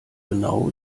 genau